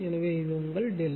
எனவே இது உங்கள் ΔF